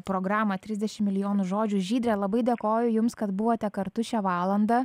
programą trisdešim milijonų žodžių žydre labai dėkoju jums kad buvote kartu šią valandą